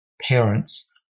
parents